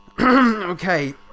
Okay